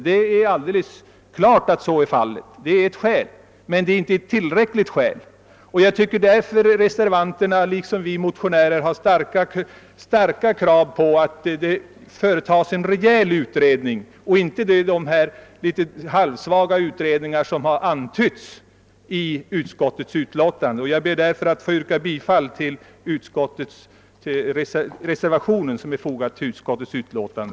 Det är alldeles klart att så är fallet. Det är ett skäl, men det är inte ett tillräckligt skäl. Jag tycker därför att reservanterna liksom vi motionärer har åberopat starka motiv för kravet på att det företas en rejäl utredning och inte de s.k. utredningar som har antytts i utskottets utlåtande. Jag ber att få yrka bifall till reservationen som är fogad till utskottets utlåtande.